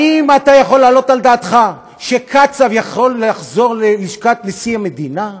האם אתה יכול להעלות על דעתך שקצב יכול לחזור ללשכת נשיא המדינה?